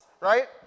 right